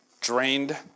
drained